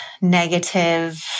negative